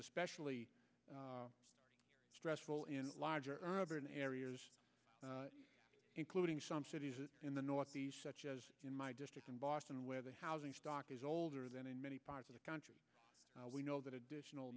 especially stressful in large urban areas including some cities in the north such as in my district in boston where the housing stock is older than in many parts of the country we know that additional